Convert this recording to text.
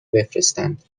بفرستند